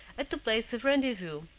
at the place of rendezvous,